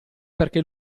perché